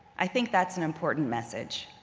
i think that's an important message.